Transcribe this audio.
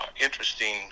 interesting